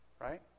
right